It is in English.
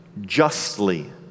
justly